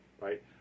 right